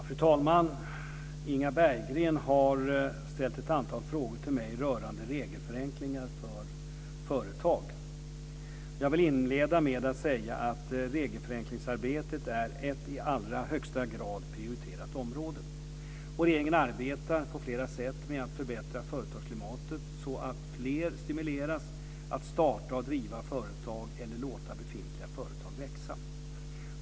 Fru talman! Inga Berggren har ställt ett antal frågor till mig rörande regelförenklingar för företag. Jag vill inleda med att säga att regelförenklingsarbetet är ett i allra högsta grad prioriterat område. Regeringen arbetar på flera sätt med att förbättra företagsklimatet så att fler stimuleras att starta och driva företag eller låta befintliga företag växa.